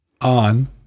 on